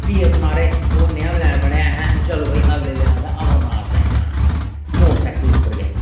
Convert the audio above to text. फ्ही अस महाराज ओह् नेहा प्लैन बनेआ अहें चलो भाई अगले दिन असें अमरनाथ ताहीं जाना मोटरसाईकल उप्पर गै